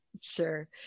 Sure